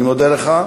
אני מודה לך.